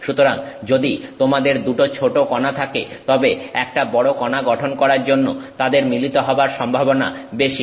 সুতরাং যদি তোমাদের দুটো ছোট কনা থাকে তবে একটা বড় কনা গঠন করার জন্য তাদের মিলিত হবার সম্ভাবনা বেশি